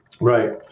Right